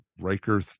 Riker